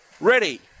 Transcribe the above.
Ready